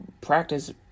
practice